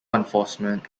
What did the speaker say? enforcement